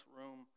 room